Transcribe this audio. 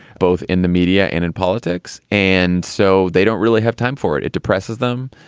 both in the media and in politics. and so they don't really have time for it. it depresses them.